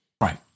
Right